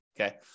Okay